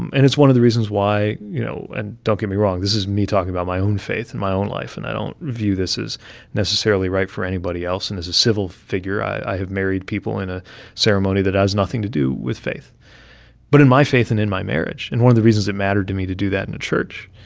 it's one of the reasons why, you know and don't get me wrong this is me talking about my own faith and my own life, and i don't view this as necessarily right for anybody else, and as a civil figure, i have married people in a ceremony that has nothing to do with faith but in my faith and in my marriage, and one of the reasons it mattered to me to do that in a church,